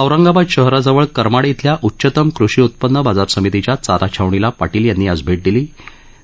औरंगाबाद शहराजवळ करमाड इथल्या उच्चतम कृषी उत्पन्न बाजार समितीच्या चारा छावणीला पाटील यांनी आज भेट दिली